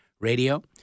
Radio